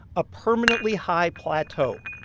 a permanently high plateau.